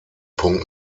punkt